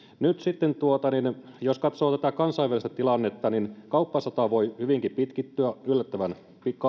nyt sitten jos katsoo tätä kansainvälistä tilannetta niin kauppasota voi hyvinkin pitkittyä yllättävän